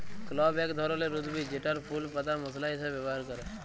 clove এক ধরলের উদ্ভিদ জেতার ফুল পাতা মশলা হিসাবে ব্যবহার ক্যরে